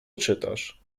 czytasz